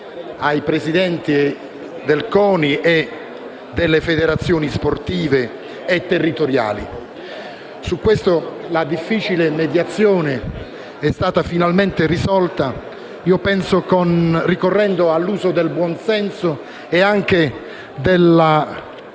dei presidenti del CONI e delle federazioni sportive e territoriali. Su questo la difficile mediazione è stata finalmente risolta ricorrendo all'uso del buonsenso e anche della